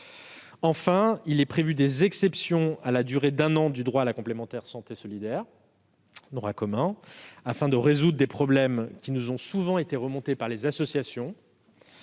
Enfin, il est prévu des exceptions à la durée d'un an du droit à la complémentaire santé solidaire, afin de résoudre les problèmes qui nous ont souvent été signalés par les associations.